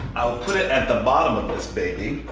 i'll put it at the bottom of this baby